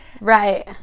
Right